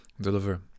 deliver